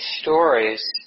stories